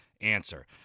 answer